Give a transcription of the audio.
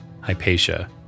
Hypatia